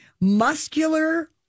Muscular